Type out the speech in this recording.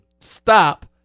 stop